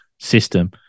system